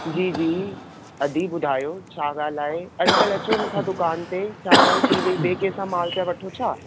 जी जी अधी ॿुधायो छा ॻाल्हि आहे अॼुकल्ह अचो न था दुकान ते छा ॻाल्हि थी वेई ॿिए कंहिं सां मालु पिया वठो छा